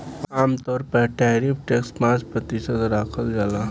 आमतौर पर tariff tax पाँच प्रतिशत राखल जाला